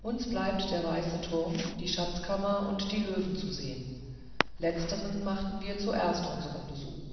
uns blieb der weiße turm die schatzkammer und die löwen zu sehen letzteren machten wir zuerst unseren besuch